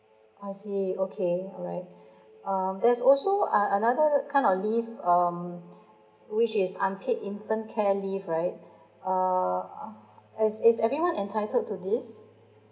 I see okay alright um there's also ano~ another kind of leave um which is unpaid infant care leave right err as is everyone entitled to this